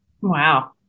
Wow